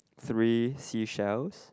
three seashells